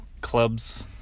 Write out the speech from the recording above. clubs